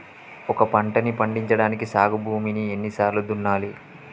ఒక పంటని పండించడానికి సాగు భూమిని ఎన్ని సార్లు దున్నాలి?